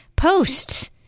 Post